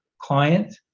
client